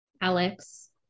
Alex